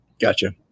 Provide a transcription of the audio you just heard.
Gotcha